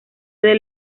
del